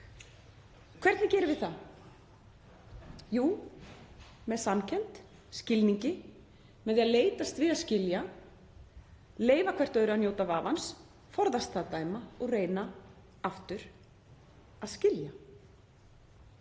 Hvernig gerum við það? Jú, með samkennd og skilningi, með því að leitast við að skilja, leyfa hvert öðru að njóta vafans, forðast að dæma og reyna, aftur, að skilja.